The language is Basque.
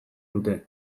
dute